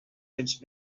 cents